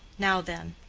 now then!